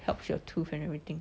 helps your tooth and everything